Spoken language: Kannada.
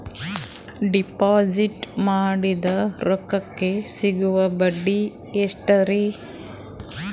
ಡಿಪಾಜಿಟ್ ಮಾಡಿದ ರೊಕ್ಕಕೆ ಸಿಗುವ ಬಡ್ಡಿ ಎಷ್ಟ್ರೀ?